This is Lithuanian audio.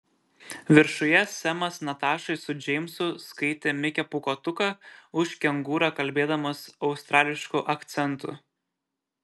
viršuje semas natašai su džeimsu skaitė mikę pūkuotuką už kengūrą kalbėdamas australišku akcentu